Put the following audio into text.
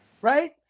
Right